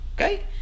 Okay